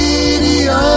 Radio